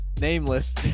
nameless